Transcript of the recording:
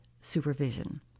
supervision